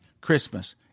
Christmas